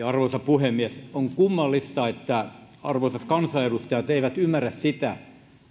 arvoisa puhemies on kummallista että arvoisat kansanedustajat eivät ymmärrä sitä